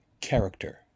character